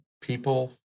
People